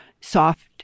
soft